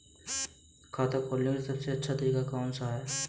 खाता खोलने का सबसे अच्छा तरीका कौन सा है?